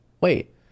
wait